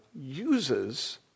uses